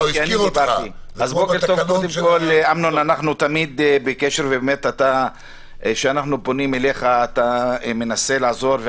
אמנון, אנחנו תמיד בקשר ואתה תמיד מנסה לעזור לנו,